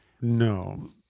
No